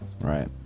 Right